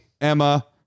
Emma